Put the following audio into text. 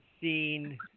seen